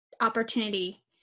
opportunity